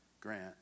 grant